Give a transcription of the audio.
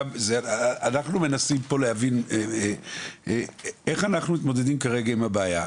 אנחנו מנסים פה להבין איך אנחנו מתמודדים כרגע עם הבעיה.